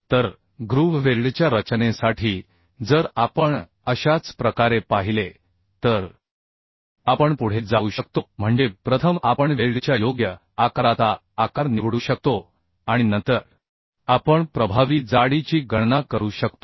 तर ग्रूव्ह वेल्डच्या रचनेसाठी जर आपण अशाच प्रकारे पाहिले तर आपण पुढे जाऊ शकतो म्हणजे प्रथम आपण वेल्डच्या योग्य आकाराचा आकार निवडू शकतो आणि नंतर आपण प्रभावी जाडीची गणना करू शकतो